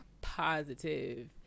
positive